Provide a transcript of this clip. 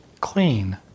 clean